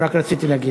רק רציתי להגיד.